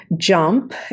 jump